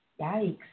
Yikes